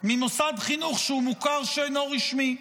ממוסד חינוך שהוא מוכר שאינו רשמי,